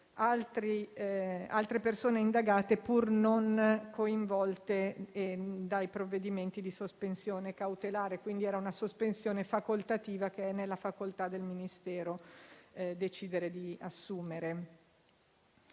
altre persone indagate pur non coinvolte dai provvedimenti di sospensione cautelare (una sospensione che è nella facoltà del Ministero decidere di assumere).